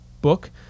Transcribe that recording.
book